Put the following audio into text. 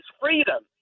freedom